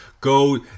Go